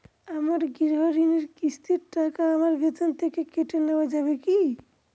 আমার গৃহঋণের কিস্তির টাকা আমার বেতন থেকে কেটে নেওয়া যাবে কি?